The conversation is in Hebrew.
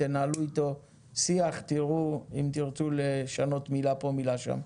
תנהלו איתו שיח ותראו אם תרצו לשנות מילה פה או מילה שם.